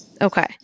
Okay